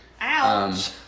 Ouch